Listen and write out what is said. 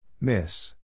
Miss